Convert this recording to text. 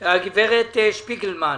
הגב' שפיגלמן,